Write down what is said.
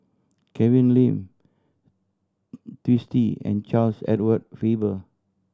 Kevin Lim Twisstii and Charles Edward Faber